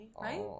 Right